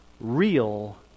real